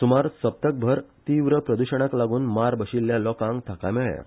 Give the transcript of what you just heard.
सुमार सप्तकभर तिव्र प्रद्षणाक लागुन मार बशिल्ल्या लोकांक थाकाय मेळ्ळया